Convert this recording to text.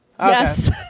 Yes